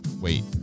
Wait